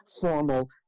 formal